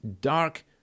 dark